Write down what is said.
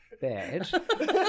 bad